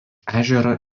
ežero